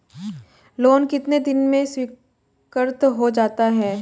Loan कितने दिन में स्वीकृत हो जाता है?